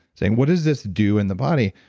saying what does this do in the body?